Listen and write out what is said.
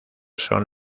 son